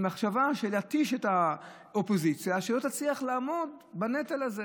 במחשבה להתיש את האופוזיציה כדי שלא תצליח לעמוד בנטל הזה.